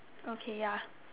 okay ya